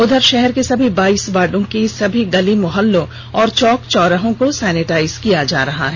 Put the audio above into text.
उधर शहर के सभी बाइस वार्डो के सभी गली मोहल्लों और चौक चौराहों को सैनिटाइज किया जा रहा है